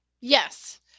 Yes